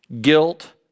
Guilt